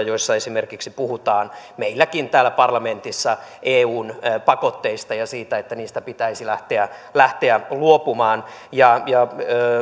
joissa puhutaan esimerkiksi meilläkin täällä parlamentissa eun pakotteista ja siitä että niistä pitäisi lähteä lähteä luopumaan